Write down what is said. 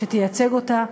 שתייצג אותה,